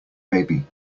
baby